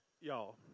Y'all